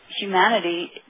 humanity